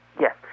Yes